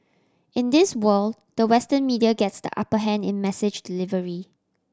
in this world the Western media gets the upper hand in message delivery